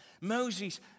Moses